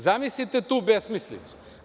Zamislite tu besmislicu?